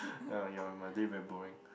yeah yawn my day very boring